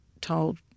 told